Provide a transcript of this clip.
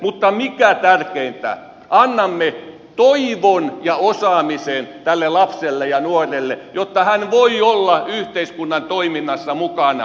mutta mikä tärkeintä annamme toivon ja osaamisen lapselle ja nuorelle jotta hän voi olla yhteiskunnan toiminnassa mukana